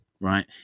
right